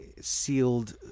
sealed